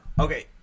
okay